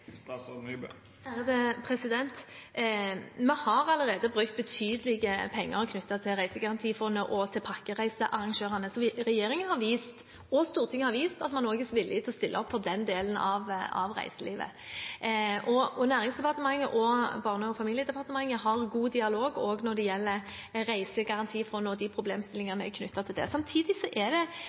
Vi har allerede brukt betydelige penger knyttet til Reisegarantifondet og til pakkereisearrangørene. Regjeringen og Stortinget har vist at man også er villig til å stille opp for den delen av reiselivet. Nærings- og fiskeridepartementet og Barne- og familiedepartementet har god dialog også når det gjelder Reisegarantifondet og problemstillingene knyttet til det. Samtidig er det